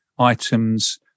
items